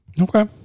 okay